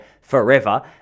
forever